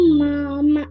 mom